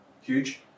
Huge